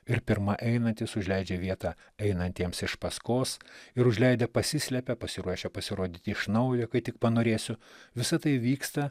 ir pirma einantys užleidžia vietą einantiems iš paskos ir užleidę pasislepia pasiruošę pasirodyti iš naujo kai tik panorėsiu visa tai vyksta